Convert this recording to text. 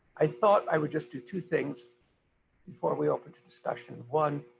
i thought i would just do two things before we open to discussion. one,